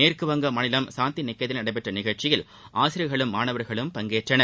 மேற்குவங்க மாநிலம் சாந்திநிகேதனில் நடைபெற்ற நிகழ்ச்சியில் ஆசிரியர்களும் மாணவர்களும் பங்கேற்றனர்